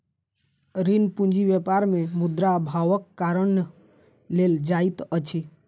ऋण पूंजी व्यापार मे मुद्रा अभावक कारण लेल जाइत अछि